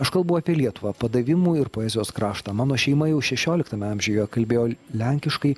aš kalbu apie lietuvą padavimų ir poezijos kraštą mano šeima jau šešioliktame amžiuje kalbėjo lenkiškai